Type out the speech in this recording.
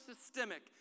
systemic